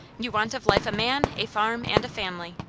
you want of life a man, a farm, and a family.